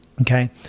Okay